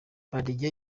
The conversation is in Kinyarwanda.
badege